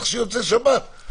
איך שיוצאת שבת,